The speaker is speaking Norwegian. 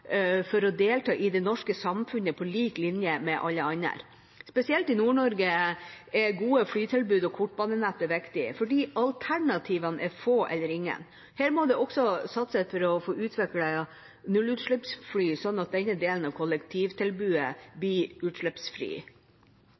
å delta i det norske samfunnet på lik linje med alle andre. Spesielt i Nord-Norge er gode flytilbud og kortbanenettet viktig, fordi alternativene er få eller ingen. Her må det også satses for å få utviklet nullutslippsfly, slik at denne delen av kollektivtilbudet blir utslippsfri.